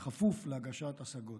כפוף להגשת השגות.